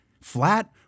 flat